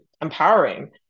empowering